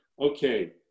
okay